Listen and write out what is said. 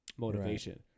motivation